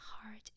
heart